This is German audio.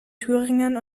thüringen